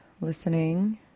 listening